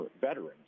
veterans